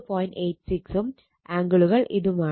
86 ഉം ആംഗിളുകൾ ഇതുമാണ്